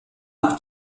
auch